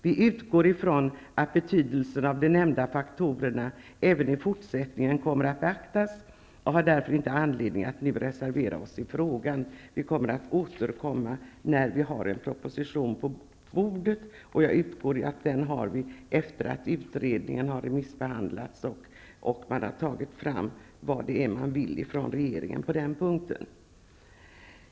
Vi utgår från att betydelsen av de nämnda faktorerna även i fortsättningen kommer att beaktas och har därför inte anledning att nu reservera oss i frågan.'' Vi återkommer när vi har en proposition på bordet, och jag utgår från att vi har den efter det att utredningen remissbehandlats och man i regeringen har kommit fram till vad man vill på den punkten.